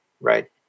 Right